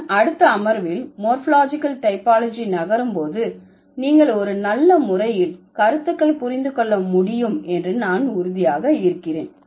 நான் அடுத்த அமர்வில் மோர்பாலஜிகல் டைபாலஜி நகரும் போது நீங்கள் ஒரு நல்ல முறையில் கருத்துக்கள் புரிந்து கொள்ள முடியும் என்று நான் உறுதியாக இருக்கிறேன்